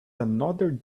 another